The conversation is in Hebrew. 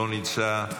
לא נמצא.